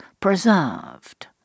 preserved